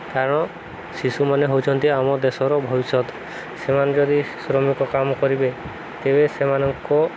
କାରଣ ଶିଶୁମାନେ ହେଉଛନ୍ତି ଆମ ଦେଶର ଭବିଷ୍ୟତ ସେମାନେ ଯଦି ଶ୍ରମିକ କାମ କରିବେ ତେବେ ସେମାନଙ୍କ